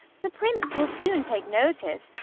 the prince will soon take notice,